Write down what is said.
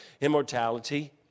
immortality